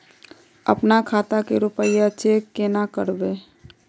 अपना खाता के रुपया चेक केना करबे?